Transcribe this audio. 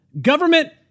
government